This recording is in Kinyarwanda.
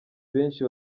benshi